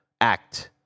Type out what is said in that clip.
act